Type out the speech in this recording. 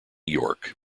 york